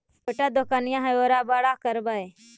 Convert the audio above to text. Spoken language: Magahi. छोटा दोकनिया है ओरा बड़ा करवै?